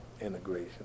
integration